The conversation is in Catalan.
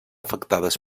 afectades